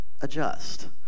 Adjust